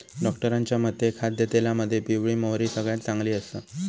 डॉक्टरांच्या मते खाद्यतेलामध्ये पिवळी मोहरी सगळ्यात चांगली आसा